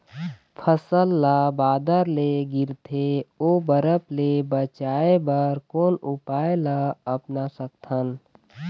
फसल ला बादर ले गिरथे ओ बरफ ले बचाए बर कोन उपाय ला अपना सकथन?